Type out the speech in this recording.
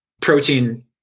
protein